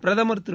பிரதமர் திரு